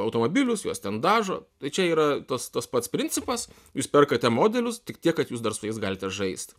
automobilius juos ten dažo tai čia yra tas tas pats principas jūs perkate modelius tik tiek kad jūs dar su jais galite žaist